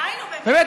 די, נו, באמת.